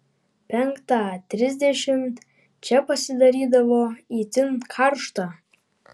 penktą trisdešimt čia pasidarydavo itin karšta